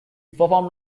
performed